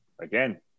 again